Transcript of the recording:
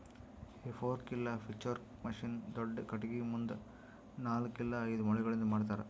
ಹೇ fork ಇಲ್ಲ pitchfork machine ದೊಡ್ದ ಖಟಗಿ ಮುಂದ ನಾಲ್ಕ್ ಇಲ್ಲ ಐದು ಮೊಳಿಗಳಿಂದ್ ಮಾಡ್ತರ